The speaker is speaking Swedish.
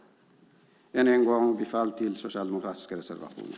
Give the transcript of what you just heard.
Jag yrkar än en gång bifall till den socialdemokratiska reservationen.